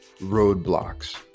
roadblocks